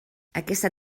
aquesta